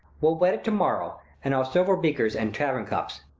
we'll wet it to-morrow and our silver-beakers and tavern cups.